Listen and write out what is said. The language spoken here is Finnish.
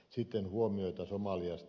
sitten huomioita somaliasta